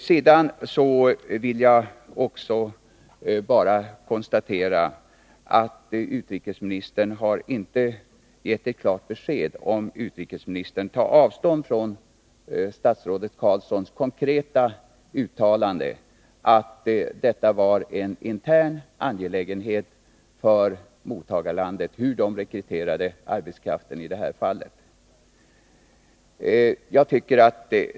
Sedan vill jag bara konstatera att utrikesministern inte har gett ett klart besked om han tar avstånd från statsrådet Carlssons konkreta uttalande att det är en intern angelägenhet för mottagarlandet att bestämma hur arbetskraften skall rekryteras i det här fallet.